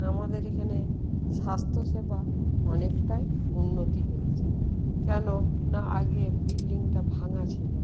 আমাদের এখানে স্বাস্থ্যসেবা অনেকটাই উন্নতি হয়েছে কেন না আগে বিল্ডিংটা ভাঙা ছিলো